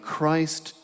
Christ